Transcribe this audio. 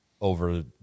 over